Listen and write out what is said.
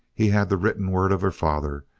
he had the written word of her father,